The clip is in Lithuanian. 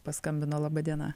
paskambino laba diena